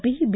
P B